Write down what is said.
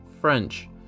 French